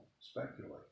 speculate